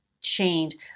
change